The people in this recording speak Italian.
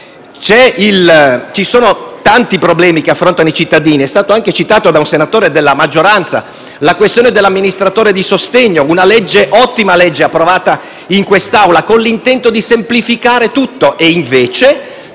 Ci sono tanti problemi che affrontano i cittadini; ad esempio è stata anche citata da un senatore della maggioranza la questione dell'amministratore di sostegno, una ottima legge approvata in quest'Aula con l'intento di semplificare tutto e invece,